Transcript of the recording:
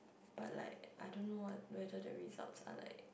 but like I don't know what whether the results are like